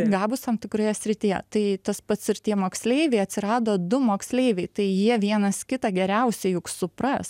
gabūs tam tikroje srityje tai tas pats ir tie moksleiviai atsirado du moksleiviai tai jie vienas kitą geriausiai juk supras